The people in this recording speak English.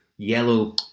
yellow